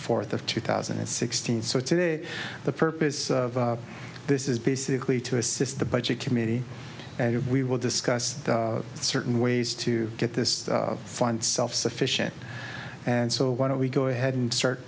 fourth of two thousand and sixteen so today the purpose of this is basically to assist the budget committee and we will discuss certain ways to get this fund self sufficient and so why don't we go ahead and start